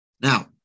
Now